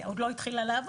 היא עוד לא התחילה לעבוד,